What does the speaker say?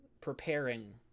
preparing